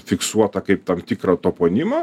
fiksuotą kaip tam tikrą toponimą